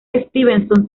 stevenson